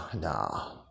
no